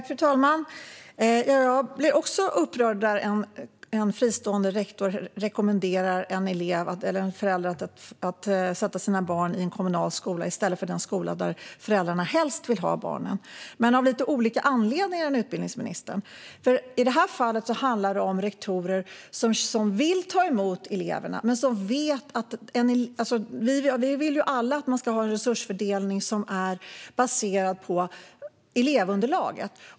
Fru talman! Jag blir också upprörd när en fristående rektor rekommenderar föräldrar att sätta sina barn i en kommunal skola i stället för den skola där föräldrarna helst vill ha barnen, dock av lite andra anledningar än utbildningsministern. I det här fallet handlar det om rektorer som vill ta emot eleverna. Vi vill ju alla ha en resursfördelning som är baserad på elevunderlaget.